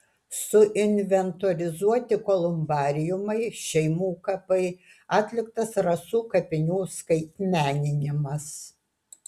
suinventorizuoti kolumbariumai šeimų kapai atliktas rasų kapinių skaitmeninimas